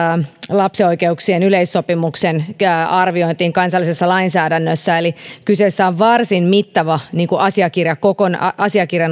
lapsen oikeuksien yleissopimuksen arviointiin kansallisessa lainsäädännössä eli kyseessä on noin kokonaisuudessaan varsin mittava asiakirja